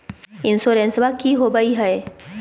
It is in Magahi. इंसोरेंसबा की होंबई हय?